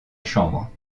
chambre